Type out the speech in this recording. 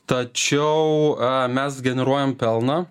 tačiau a mes generuojame pelną